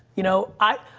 you know, i,